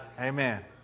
Amen